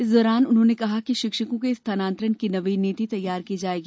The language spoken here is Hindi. इस दौरान उन्होंने कहा कि शिक्षकों के स्थानांतरण की नवीन नीति तैयार की जाएगी